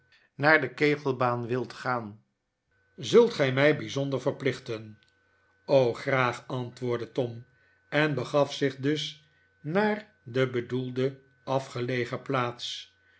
naar de kegelbaan wilt gaan zult gij mij bijzonder verplichten graag antwoordde tom en begaf zich dus naar de bedoelde afgelegen plaats